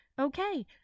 Okay